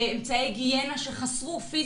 באמצעי היגיינה שחסרו פיזית,